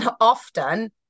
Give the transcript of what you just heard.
often